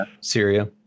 Syria